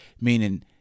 meaning